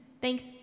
Thanks